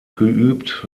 geübt